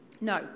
No